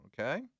Okay